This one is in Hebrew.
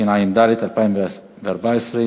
התשע"ד 2014,